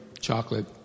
chocolate